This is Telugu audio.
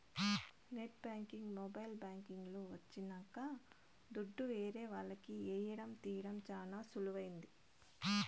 నెట్ బ్యాంకింగ్ మొబైల్ బ్యాంకింగ్ లు వచ్చినంక దుడ్డు ఏరే వాళ్లకి ఏయడం తీయడం చానా సులువైంది